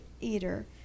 eater